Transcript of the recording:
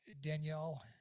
danielle